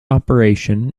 operation